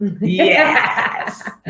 Yes